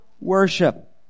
worship